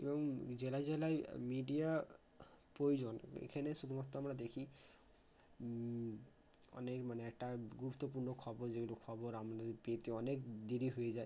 এবং জেলায় জেলায় মিডিয়া প্রয়োজন এখানে শুধুমাত্র আমরা দেখি অনেক মানে একটা গুরুত্বপূর্ণ খবর যেগুলো খবর আপনাদের পেতে অনেক দেরি হয়ে যায়